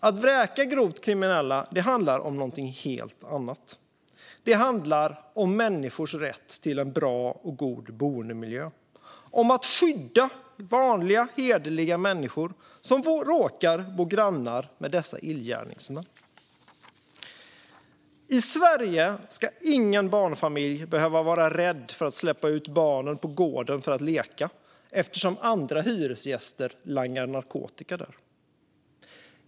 Att vräka grovt kriminella handlar om något helt annat. Det handlar om människors rätt till en bra boendemiljö och om att skydda vanliga, hederliga människor som råkar bo grannar med dessa illgärningsmän. I Sverige ska ingen barnfamilj behöva vara rädd för att släppa ut barnen på gården för att leka på grund av att andra hyresgäster langar narkotika där.